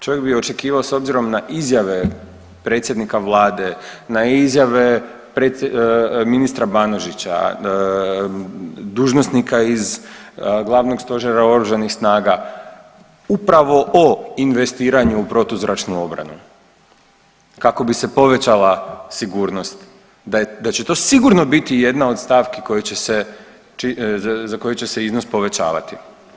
Čovjek bi očekivao s obzirom na izjave predsjednika Vlade, na izjave ministra Banožića, dužnosnika iz Glavnog stožera Oružanih snaga upravo o investiranju u protuzračnu obranu kako bi se povećala sigurnost, da će to sigurno biti jedna od stavki, za koju će se iznos povećavati.